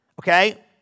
okay